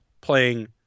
playing